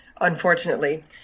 unfortunately